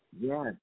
Yes